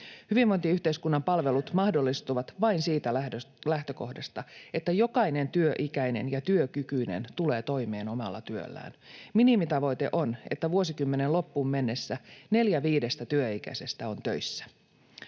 Hyvinvointiyhteiskunnan palvelut mahdollistuvat vain siitä lähtökohdasta, että jokainen työikäinen ja työkykyinen tulee toimeen omalla työllään. Minimitavoite on, että vuosikymmenen loppuun mennessä neljä viidestä työikäisestä on töissä.